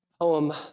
poem